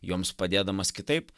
joms padėdamas kitaip